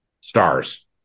stars